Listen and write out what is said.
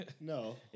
No